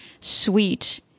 sweet